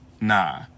nah